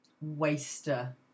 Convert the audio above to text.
waster